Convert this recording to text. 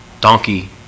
donkey